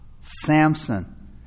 Samson